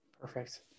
Perfect